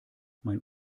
mein